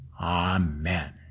Amen